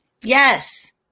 yes